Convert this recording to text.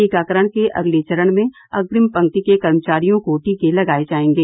टीकाकरण के अगले चरण में अग्रिम पंक्ति के कर्मचारियों को टीके लगाए जाएंगे